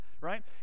right